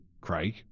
Craig